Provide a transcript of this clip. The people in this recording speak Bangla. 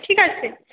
ঠিক আছে